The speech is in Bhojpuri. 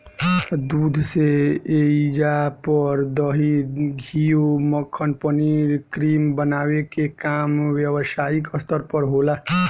दूध से ऐइजा पर दही, घीव, मक्खन, पनीर, क्रीम बनावे के काम व्यवसायिक स्तर पर होला